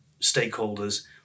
stakeholders